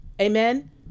Amen